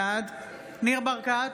בעד ניר ברקת,